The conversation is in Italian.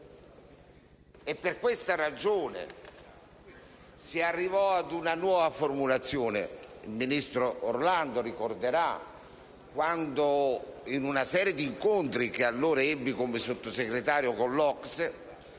E per questa ragione si arrivò ad una nuova formulazione. Il ministro Orlando ricorderà che, in una serie di incontri che ebbi come Sottosegretario con l'OCSE,